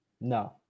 No